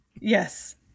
Yes